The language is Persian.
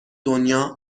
دنیا